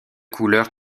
couleur